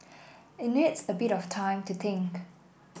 it needs a bit of time to think